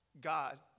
God